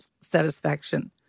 satisfaction